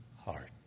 heart